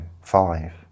five